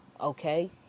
Okay